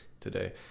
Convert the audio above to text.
today